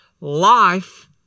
Life